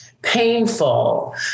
Painful